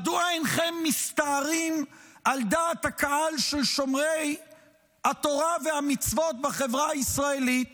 מדוע אינכם מסתערים על דעת הקהל של שומרי התורה והמצוות בחברה הישראלית